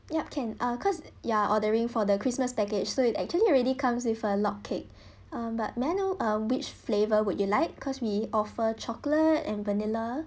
yup can uh because you're ordering for the christmas package so it actually already comes with a log cake mm but may I know uh which flavour would you like because we offer chocolate and vanilla